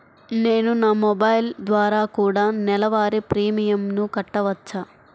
నేను నా మొబైల్ ద్వారా కూడ నెల వారి ప్రీమియంను కట్టావచ్చా?